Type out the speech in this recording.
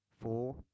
four